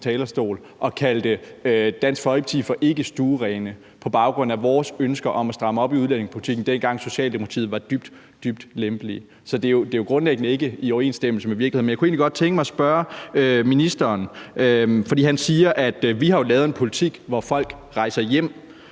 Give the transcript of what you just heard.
og kaldte Dansk Folkeparti for ikke stuerene på baggrund af vores ønsker om at stramme op i udlændingepolitikken, dengang Socialdemokratiet var dybt, dybt lempelige. Så det er jo grundlæggende ikke i overensstemmelse med virkeligheden. Jeg kunne egentlig godt tænke mig at spørge ministeren om noget. For han siger, at de jo har lavet en politik, som gør, at folk rejser hjem.